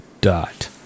dot